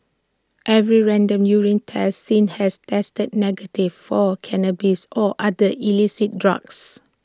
every random urine test since has tested negative for cannabis or other illicit drugs